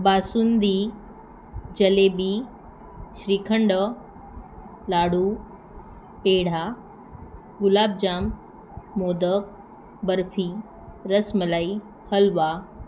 basundi jalebi shrikhand ladoo peda gulab jam modak barfi rasmalai हलवा